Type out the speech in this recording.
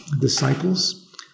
disciples